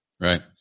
Right